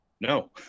No